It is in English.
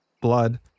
blood